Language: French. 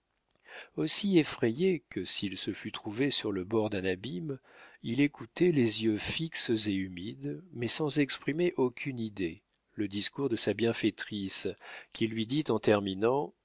aussi effrayé que s'il se fût trouvé sur le bord d'un abîme il écoutait les yeux fixes et humides mais sans exprimer aucune idée le discours de sa bienfaitrice qui lui dit en terminant